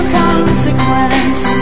consequence